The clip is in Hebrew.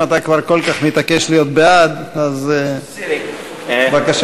אם אתה כל כך מתעקש להיות בעד, אז בבקשה, אדוני.